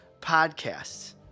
podcasts